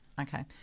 Okay